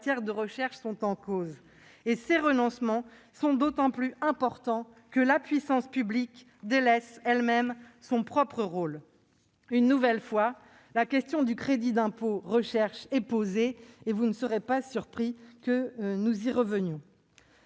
de recherche sont en cause. Ces renoncements sont d'autant plus importants que la puissance publique délaisse elle-même son propre rôle. Une nouvelle fois, la question du crédit d'impôt recherche est posée, et vous ne serez pas surpris que nous y revenions.